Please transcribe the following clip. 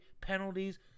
penalties